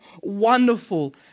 wonderful